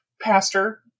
pastor